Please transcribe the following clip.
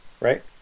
Right